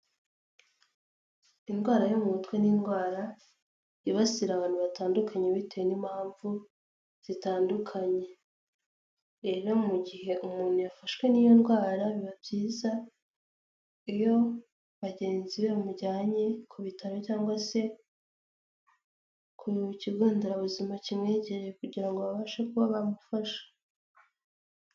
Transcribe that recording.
Indwara yo mu mutwe ni indwara yibasira abantu batandukanye bitewe n'impamvu zitandukanye, rero mu gihe umuntu yafashwe n'iyo ndwara biba byiza iyo bagenzi be bamujyanye ku bitaro cyangwa se ku kigo nderabuzima kimwegereye kugira ngo babashe kuba bamufasha.